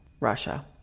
Russia